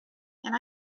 and